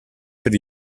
per